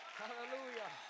hallelujah